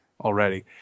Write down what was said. already